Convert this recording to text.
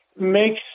makes